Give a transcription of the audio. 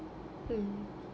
mm